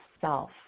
self